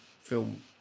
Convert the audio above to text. film